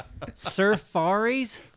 surfaris